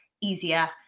easier